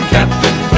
Captain